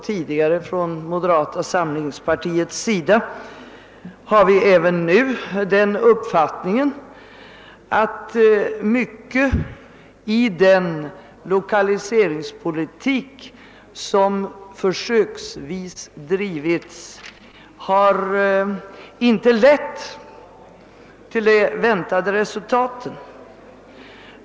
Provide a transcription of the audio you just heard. Vi inom moderata samlingspartiet har nu liksom tidigare den uppfattningen, att mycket i den försöksvis drivna 1okaliseringspolitiken inte lett till de väntade resultaten.